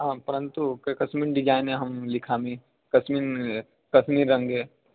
आं परन्तु कै कस्मिन् डिसैने अहं लिखामि कस्मिन् कस्मिन् रङ्गे